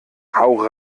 hau